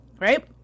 Right